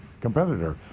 competitor